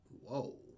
Whoa